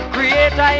Creator